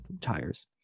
tires